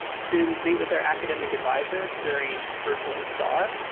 students meet with their academic advisers during virtual star,